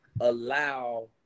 allow